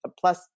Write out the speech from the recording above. plus